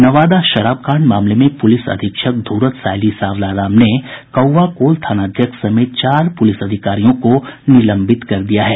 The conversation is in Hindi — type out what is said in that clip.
नवादा शराबकांड मामले में पुलिस अधीक्षक धूरत सायली सावला राम ने कौआकोल थानाध्यक्ष समेत चार पुलिस अधिकारियों को निलंबित कर दिया है